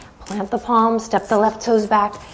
plant the palms, step the left toes back.